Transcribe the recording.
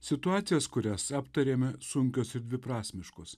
situacijos kurias aptarėme sunkios ir dviprasmiškos